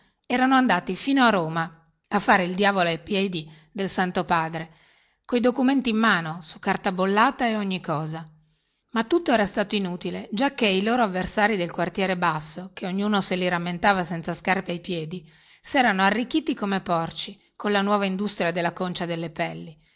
erano andati fino a roma a fare il diavolo ai piedi del santo padre coi documenti in mano in carta bollata e ogni cosa ma tutto era stato inutile giacchè i loro avversari del quartiere basso che ognuno se li rammentava senza scarpe ai piedi serano arricchiti come porci colla nuova industria della concia delle pelli